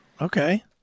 Okay